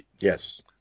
Yes